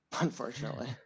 Unfortunately